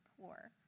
poor